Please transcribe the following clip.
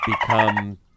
become